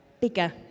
bigger